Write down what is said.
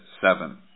Seven